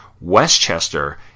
Westchester